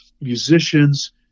musicians